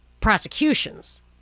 prosecutions